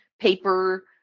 paper